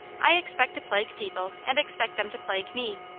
i expect to plague people and expect them to plague me.